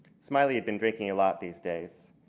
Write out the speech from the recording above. smiley had been drinking a lot these days.